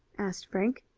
asked frank.